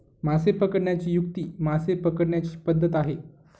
मासे पकडण्याची युक्ती मासे पकडण्याची पद्धत आहे